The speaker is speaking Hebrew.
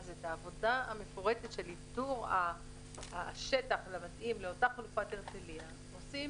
את העבודה המפורטת של ייצור השטח לאותה חלופת הרצליה עושים